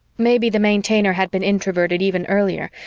maybe the maintainer had been introverted even earlier,